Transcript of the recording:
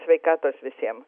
sveikatos visiem